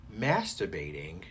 masturbating